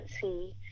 see